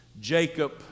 Jacob